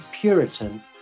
Puritan